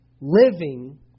living